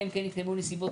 בגלל שינויים